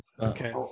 Okay